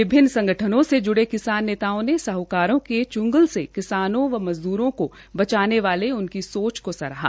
विभिन्न संगठनों से जूड़े किसान नेताओं ने साहकारों के च्ंगत से किसानों व मज़दूरों को बचाने वाले उनकी सोच का सराहा